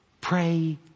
Pray